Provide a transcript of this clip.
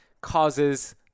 causes